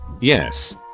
Yes